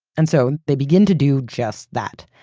and so, they begin to do just that.